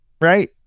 Right